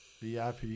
vip